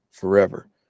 Forever